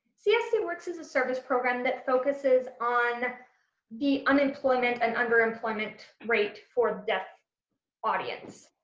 csd works is a service program that focuses on the unemployment and underemployment rate for deaf audience.